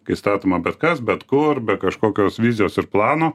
kai statoma bet kas bet kur be kažkokios vizijos ir plano